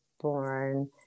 born